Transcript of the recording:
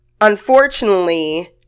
unfortunately